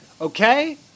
okay